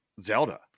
Zelda